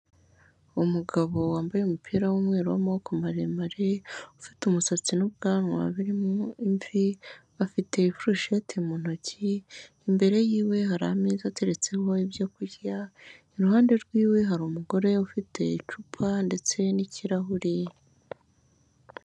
Umugabo wambaye umupira w'umweru w'amaboko maremare, ufite umusatsi n'ubwanwa bi mo imvi afite ifurusheti mu ntoki. Imbere yiwe hari ameza ateretseho ibyo kurya, iruhande rw'iwe hari umugore ufite icupa ndetse n'kirahure.